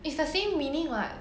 it's the same meaning [what]